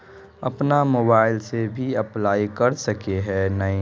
अपन मोबाईल से भी अप्लाई कर सके है नय?